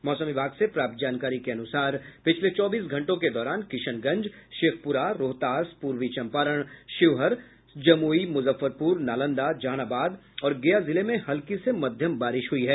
मौसम विभाग से प्राप्त जानकारी के अनुसार पिछले चौबीस घंटों के दौरान किशनगंज शेखपुरा रोहतास पूर्वी चंपारण शिवहर जमुई मुजफ्फरपुर नालंदा जहानाबाद और गया जिले में हल्की से मध्यम बारिश हुई है